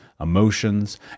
emotions